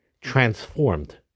transformed